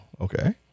Okay